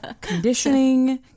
Conditioning